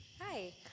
Hi